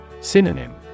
Synonym